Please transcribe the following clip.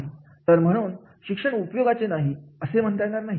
तर म्हणून शिक्षण उपयोगाचे नाही असे म्हणता येणार नाही